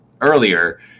earlier